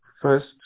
first